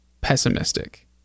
pessimistic